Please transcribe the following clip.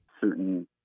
certain